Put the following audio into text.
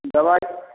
दवाइ